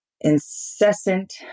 incessant